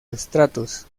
estratos